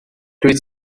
dwyt